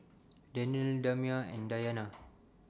Danial Damia and Dayana